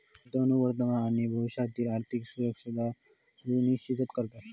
गुंतवणूक वर्तमान आणि भविष्यातील आर्थिक सुरक्षा सुनिश्चित करता